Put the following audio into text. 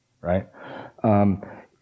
right